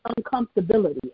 uncomfortability